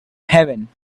heaven